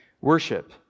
worship